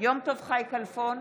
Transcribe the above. יום טוב חי כלפון,